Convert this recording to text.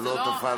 זה לא תפס.